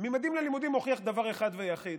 ממדים ללימודים הוכיח דבר אחד ויחיד,